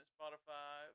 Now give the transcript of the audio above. Spotify